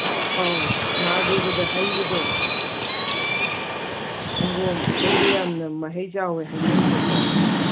ꯑꯧ ꯃꯍꯥꯗꯦꯕꯗ ꯍꯩꯕꯗꯣ ꯁꯪꯒꯣꯝ ꯍꯩꯕ ꯌꯥꯝꯅ ꯃꯍꯩ ꯆꯥꯎꯋꯦ ꯍꯥꯏꯅꯩꯕꯀꯣ